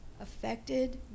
affected